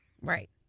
Right